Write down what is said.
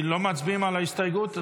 לא מצביעים על ההסתייגות?